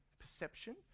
perception